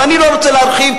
ואני לא רוצה להרחיב,